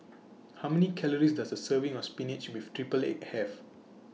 How Many Calories Does A Serving of Spinach with Triple Egg Have